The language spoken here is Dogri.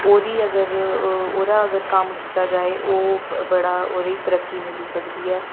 ओह्दी अगर ओह्दा अगर कम्म कीता जाए ओह् बड़ा ओह्दे ई तरक्की मिली सकदी ऐ